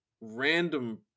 random